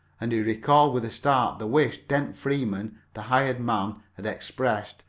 and he recalled with a start the wish dent freeman, the hired man, had expressed,